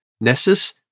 Nessus